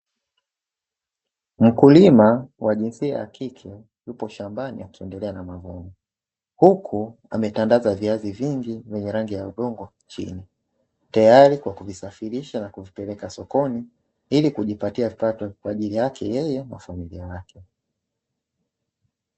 Mkulima wa jinsia ya kike yupo shambani akiendelea na mavuno, Huku ametandaza viazi vingi vyenye rangi ya udongo chini teyali kwa kuvisafilisha na kuvipeleka sokoni ili kujipatia kipato kwaajili yake yeye na familia yake.